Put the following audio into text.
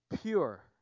pure